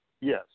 Yes